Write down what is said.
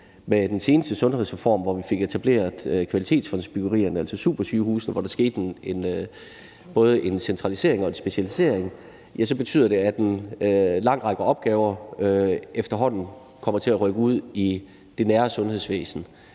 i den seneste sundhedsreform, hvor vi fik etableret kvalitetsfondsbyggerierne, altså supersygehusene, hvor der skete både en centralisering og en specialisering, hvilket betyder, at en lang række opgaver efterhånden kommer til at rykke ud i det nære sundhedsvæsen.